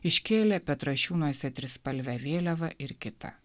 iškėlė petrašiūnuose trispalvę vėliavą ir kita